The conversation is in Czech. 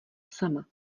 sama